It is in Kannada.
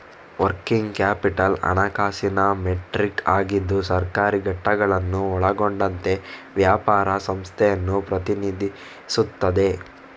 ವರ್ಕಿಂಗ್ ಕ್ಯಾಪಿಟಲ್ ಹಣಕಾಸಿನ ಮೆಟ್ರಿಕ್ ಆಗಿದ್ದು ಸರ್ಕಾರಿ ಘಟಕಗಳನ್ನು ಒಳಗೊಂಡಂತೆ ವ್ಯಾಪಾರ ಸಂಸ್ಥೆಯನ್ನು ಪ್ರತಿನಿಧಿಸುತ್ತದೆ